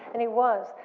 and he was,